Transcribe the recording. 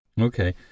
Okay